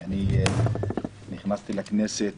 כי אני נכנסתי לכנסת